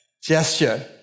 Gesture